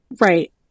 right